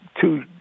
two